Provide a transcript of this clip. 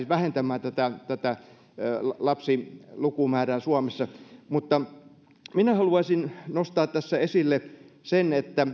vähentämään tätä tätä lapsilukumäärää suomessa mutta minä haluaisin nostaa tässä esille sen että